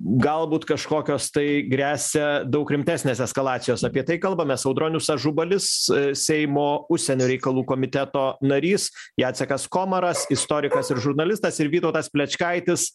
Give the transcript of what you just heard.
galbūt kažkokios tai gresia daug rimtesnės eskalacijos apie tai kalbamės audronius ažubalis seimo užsienio reikalų komiteto narys jacekas komaras istorikas ir žurnalistas ir vytautas plečkaitis